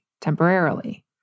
temporarily